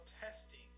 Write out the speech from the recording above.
testing